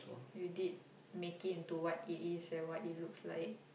you did make it into what it is and what it looks like